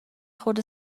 خورده